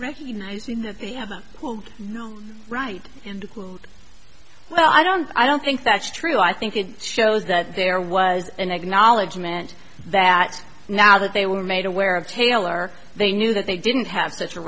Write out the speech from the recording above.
recognising that they have pulled no right and well i don't i don't think that's true i think it shows that there was an egg knowledge meant that now that they were made aware of taylor they knew that they didn't have